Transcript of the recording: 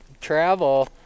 travel